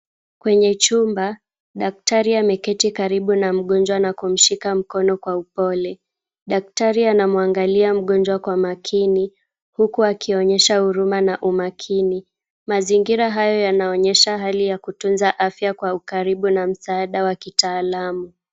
Kwenye chumba, daktari ameketi karibu na mgonjwa na kumshika mkono kwa upole. Daktari anamwangalia mgonjwa kwa makini, huku akionyesha huruma na umakini. Mazingira hayo yanaonyesha hali ya kutunza afya kwa ukaribu na msaada wa kitaalamu.